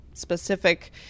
specific